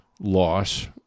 loss